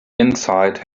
inside